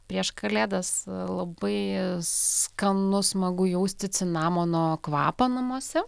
prieš kalėdas labai skanu smagu jausti cinamono kvapą namuose